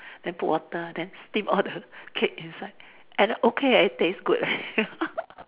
then put water then steam all the cake inside and okay eh it taste good leh